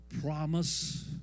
promise